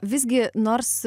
visgi nors